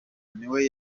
niwe